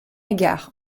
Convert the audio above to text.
égard